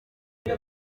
uwo